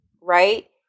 right